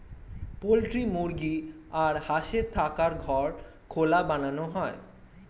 poultry মুরগি আর হাঁসের থাকার ঘর খোলা বানানো হয়